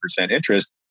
interest